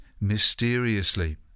mysteriously